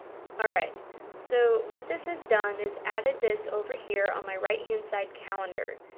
alright so what this has done is added this over here on my right hand side calendar.